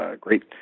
great